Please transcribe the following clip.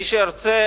מי שרוצה,